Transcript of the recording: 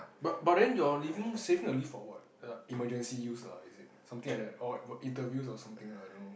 but but then you're leaving saving your leave for what uh emergency use lah is it something like that or interviews or something I don't know